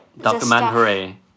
documentary